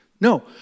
No